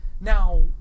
now